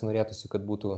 norėtųsi kad būtų